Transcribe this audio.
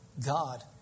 God